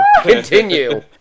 continue